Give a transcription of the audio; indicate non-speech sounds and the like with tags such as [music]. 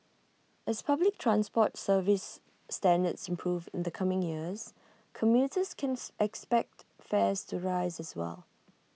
as public transport service standards improve in the coming years commuters can [unintelligible] expect fares to rises as well